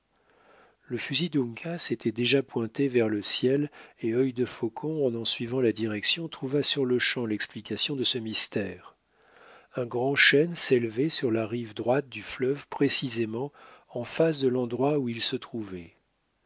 le fusil d'uncas était déjà pointé vers le ciel et œil defaucon en en suivant la direction trouva sur-le-champ l'explication de ce mystère un grand chêne s'élevait sur la rive droite du fleuve précisément en face de l'endroit où ils se trouvaient